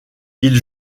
ils